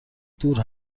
دور